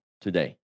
today